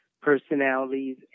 personalities